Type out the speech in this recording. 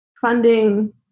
funding